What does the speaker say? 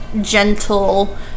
gentle